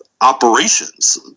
operations